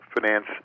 finance